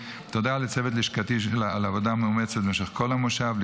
תודה לצוות לשכתי על העבודה המאומצת במשך כל המושב,